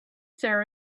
there